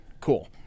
cool